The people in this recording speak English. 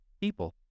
people